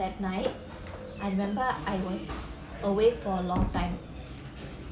that night I remember I was away for a long time